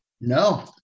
No